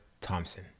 Thompson